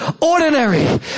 ordinary